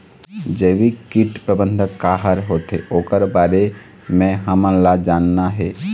जैविक कीट प्रबंधन का हर होथे ओकर बारे मे हमन ला जानना हे?